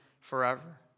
forever